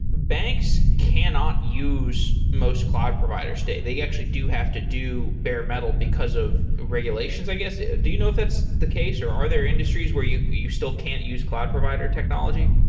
banks cannot use most cloud provider state. they actually do have to do bare metal, because of regulations, i guess. ah do you know if that's the case, or are there industries where you you still can't use cloud provider technology?